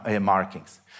markings